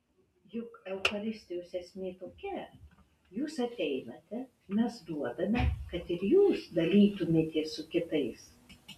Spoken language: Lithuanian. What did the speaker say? juk eucharistijos esmė tokia jūs ateinate mes duodame kad ir jūs dalytumėtės su kitais